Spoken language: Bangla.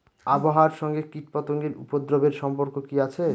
আবহাওয়ার সঙ্গে কীটপতঙ্গের উপদ্রব এর সম্পর্ক কি আছে?